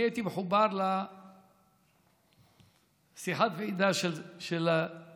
אני הייתי מחובר לשיחת הוועידה של השרים,